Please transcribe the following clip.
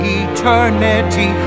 eternity